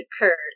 occurred